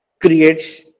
Creates